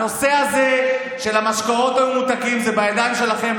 הנושא של המשקאות הממותקים זה בידיים שלכם,